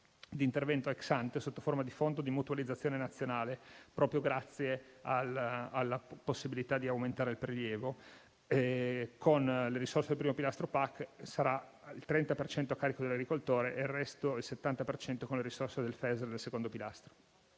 di intervento *ex ante* sotto forma di fondo di mutualizzazione nazionale proprio grazie alla possibilità di aumentare il prelievo. Con le risorse del primo pilastro PAC il 30 per cento sarà a carico dell'agricoltore e il 70 per cento con le risorse del FGASR del secondo pilastro.